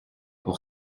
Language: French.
pour